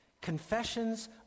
Confessions